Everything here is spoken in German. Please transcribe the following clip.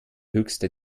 höchste